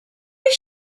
does